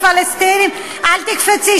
אל תקפצי,